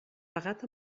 pagat